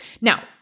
Now